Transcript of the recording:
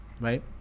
right